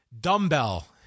Dumbbell